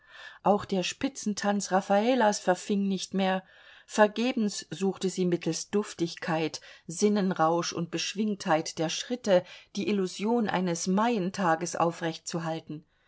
auch der spitzentanz raffalas verfing nicht mehr vergebens suchte sie mittels duftigkeit sinnenrausch und beschwingtheit der schritte die illusion eines maientags aufrechtzuhalten